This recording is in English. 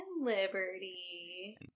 Liberty